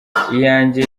iyanjye